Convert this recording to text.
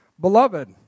Beloved